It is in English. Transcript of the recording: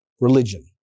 Religion